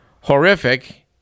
horrific